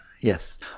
Yes